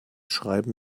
schreiben